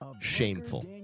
shameful